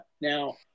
Now